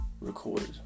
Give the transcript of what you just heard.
recorded